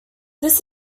this